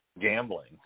gambling